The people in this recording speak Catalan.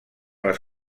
les